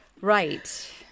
Right